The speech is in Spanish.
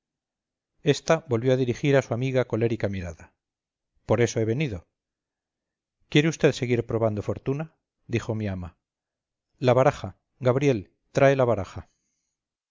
ésta volvió a dirigir a su amiga colérica mirada por eso he venido quiere vd seguir probando fortuna dijo mi ama la baraja gabriel trae la baraja